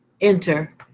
enter